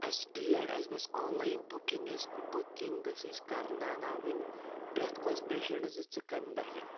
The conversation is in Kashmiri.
اَسہِ ڈیٹ اَسہِ گوٚژھ آن لاین بُکِنٛگ یۄس بُکِنٛگ گٔژھۍ أسۍ کَرنا ناوٕنۍ پرٛٮ۪تھ کٲنٛسہِ پیشَنٛٹس زِ ژٕ کَمہِ دۄہ یِکھ